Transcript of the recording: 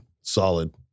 solid